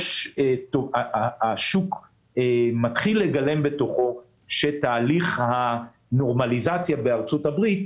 השוק מתחיל לגלם בתוכו שתהליך הנורמליזציה בארצות הברית